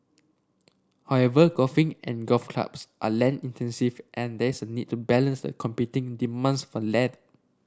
however golfing and golf clubs are land intensive and there is a need to balance the competing demands for land